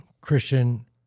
Christian